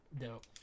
dope